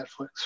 Netflix